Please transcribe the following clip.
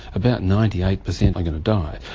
about ninety eight percent are going to die.